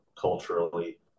culturally